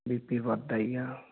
B P ਵੱਧਦਾ ਹੀ ਆ